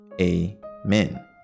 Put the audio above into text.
amen